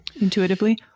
intuitively